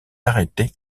arrêter